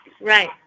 Right